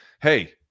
Hey